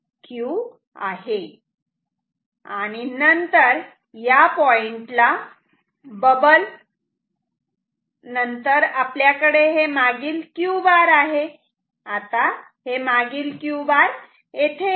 आणि नंतर या पॉइंटला बबल नंतर आपल्याकडे हे मागील Q बार आहे आता हे मागील Q बार येथे येते